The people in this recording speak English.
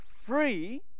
free